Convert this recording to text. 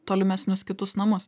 tolimesnius kitus namus